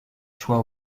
choix